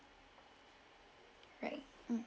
right mm